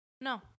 No